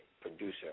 producer